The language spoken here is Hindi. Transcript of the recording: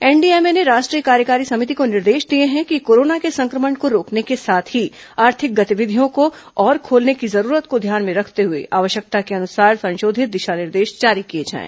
एनडीएमए ने राष्ट्रीय कार्यकारी समिति को निर्देश दिए हैं कि कोरोना के संक्रमण को रोकने के साथ ही आर्थिक गतिविधियों को और खोलने की जरूरत को ध्यान में रखते हुए आवश्यकता के अनुसार संशोधित दिशा निर्देश जारी किए जाएं